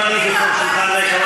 וגם אני זוכר שולחן ריק,